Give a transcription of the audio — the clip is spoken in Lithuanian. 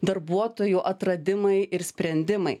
darbuotojų atradimai ir sprendimai